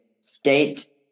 State